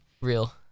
Real